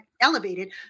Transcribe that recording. elevated